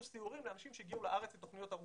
סיורים לאנשים שהגיעו לארץ לתוכניות ארוכות.